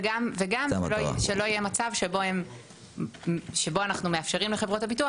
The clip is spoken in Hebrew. וגם שלא יהיה מצב שבו אנחנו מאפשרים לחברות הביטוח